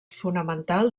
fonamental